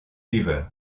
river